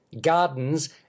gardens